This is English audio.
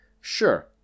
sure